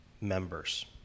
members